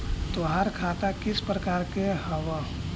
तोहार खता किस प्रकार के हवअ